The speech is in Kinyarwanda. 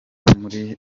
muri